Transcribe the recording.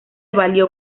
valió